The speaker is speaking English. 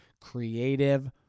creative